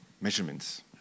measurements